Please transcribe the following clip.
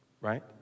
right